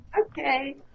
Okay